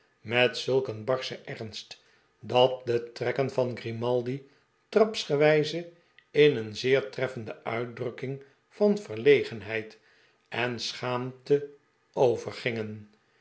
met zulk een barschen ernst dat de trekken van grimaldi trapsgewijze in een zeer treffende uitdrukking van verlegenheid en schaamte